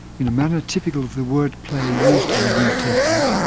in a manner typical of the word play used in the new testament,